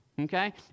Okay